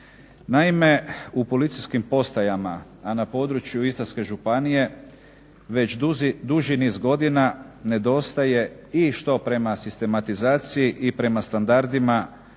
Naime, u policijskim postajama a na području Istarske županije već duži niz godina i što prema sistematizaciji i prema standardima